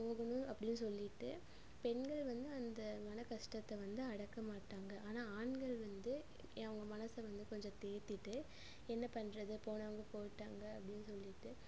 போகணும் அப்படீன்னு சொல்லிவிட்டு பெண்கள் வந்து அந்த மன கஷ்டத்தை வந்து அடக்க மாட்டாங்க ஆனால் ஆண்கள் வந்து அவங்க மனச வந்து கொஞ்சம் தேத்திகிட்டு என்ன பண்ணுறது போனவங்க போயிவிட்டாங்க அப்படீன்னு சொல்லிவிட்டு